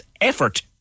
effort